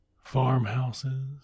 Farmhouses